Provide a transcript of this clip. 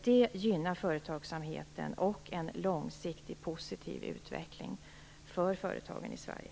Det gynnar företagsamheten och en långsiktig positiv utveckling för företagen i Sverige.